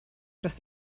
dros